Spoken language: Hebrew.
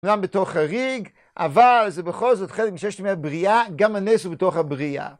גם בתור חריג, אבל, זה בכל זאת חלק מששת ימי הבריאה, גם הנס הוא בתוך הבריאה.